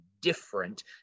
different